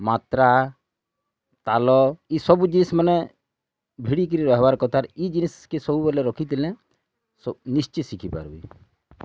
ମାତ୍ରା ତାଲ ଇ ସବୁ ଜିନିଷ୍ମାନେ ଭିଡ଼ିକି ରହେବାର୍ କଥା ଇ ଜିନିଷ୍କେ ସବୁବେଲେ ରଖିଥିଲେ ନିଶ୍ଚତ୍ ଶିଖିପାର୍ବେ